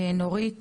נורית